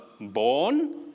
born